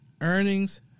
earnings